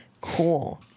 cool